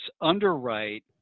underwrite